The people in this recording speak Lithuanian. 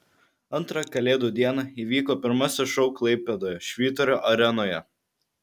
antrą kalėdų dieną įvyko pirmasis šou klaipėdoje švyturio arenoje